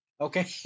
okay